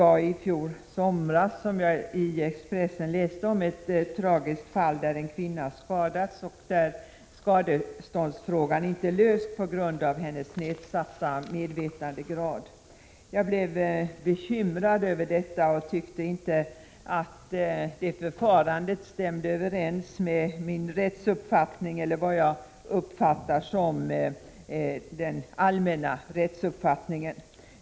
I fjol somras läste jag i Expressen om ett tragiskt fall, där en kvinna skadats och där skadeståndsfrågan inte lösts på grund av hennes nedsatta medvetandegrad. Jag blev bekymrad över detta och tyckte att det förfarandet inte stämde överens med min rättsuppfattning eller vad jag uppfattar som den allmänna rättsuppfattningen.